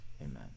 amen